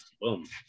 Boom